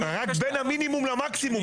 רק בין המינימום למקסימום,